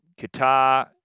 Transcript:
Qatar